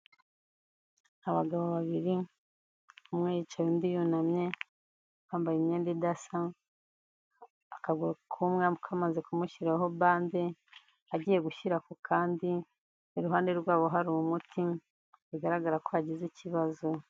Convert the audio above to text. Abagabo babiri umwe yicaye undi yunamye, bambaye imyenda idasa, akaguru k'umwe kamaze kumushyiraho bande, agiye gushyira ku kandi, iruhande rwabo hari umuti, bigaragara ko yagize ikibazo.